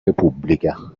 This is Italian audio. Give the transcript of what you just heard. repubblica